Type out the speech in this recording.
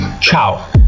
Ciao